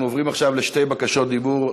אנחנו עוברים עכשיו לשתי בקשות דיבור.